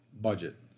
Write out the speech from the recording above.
budget